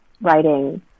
writing